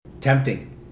tempting